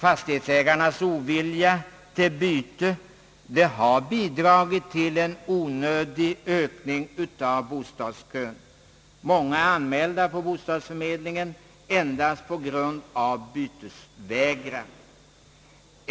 Fastighetsägarnas ovilja till byte har bidragit till en onödig ökning av bostadskön. Många är anmälda på bostadsförmedlingen endast på grund av bytesvägran.